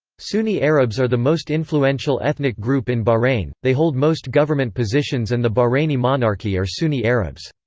sunni arabs are the most influential ethnic group in bahrain, they hold most government positions and the bahraini monarchy are sunni arabs.